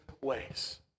ways